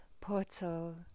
portal